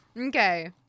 Okay